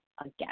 again